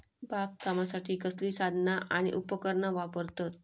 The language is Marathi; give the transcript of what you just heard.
बागकामासाठी कसली साधना आणि उपकरणा वापरतत?